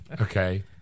Okay